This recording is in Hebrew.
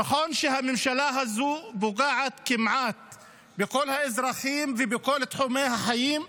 נכון שהממשלה הזו פוגעת כמעט בכל האזרחים ובכל תחומי החיים,